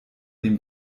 dem